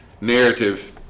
narrative